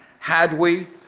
had we,